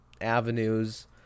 avenues